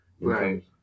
Right